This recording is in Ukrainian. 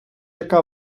яка